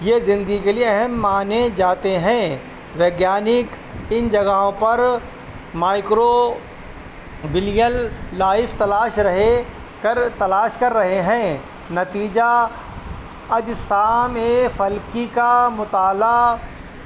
یہ زندگی کے لیے اہم مانے جاتے ہیں ویگانک ان جگہوں پر مائیکروبیل لائف تلاش رہے کر تلاش کر رہے ہیں نتیجہ اجسامِ فلکی کا مطالعہ